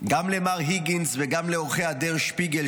גם למר היגינס וגם לעורכי דר שפיגל,